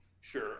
Sure